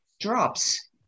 drops